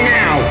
now